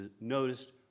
noticed